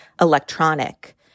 electronic